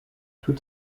tut